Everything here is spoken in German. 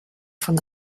von